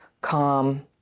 calm